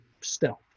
stealth